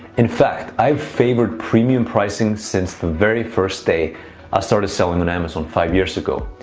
in fact, i have favored premium pricing since the very first day i started selling on amazon five years ago.